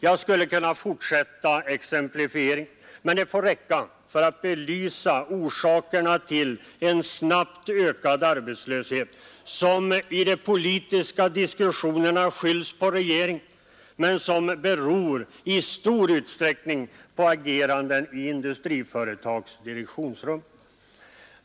Jag skulle kunna fortsätta exemplifieringen, men det anförda får räcka som belysning av orsakerna till en snabbt ökad arbetslöshet, som skylls på regeringen men som i stor utsträckning beror på agerande i industriföretags direktionsrum.